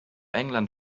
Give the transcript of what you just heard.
england